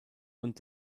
und